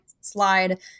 slide